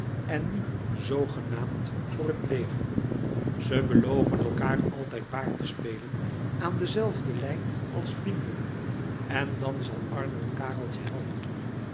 en nu zoogenaamd voor het leven ze beloven elkaâr altijd baar te spelen aan de zelfde lijn als vrienden en dan zal arnold kareltje helpen